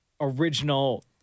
original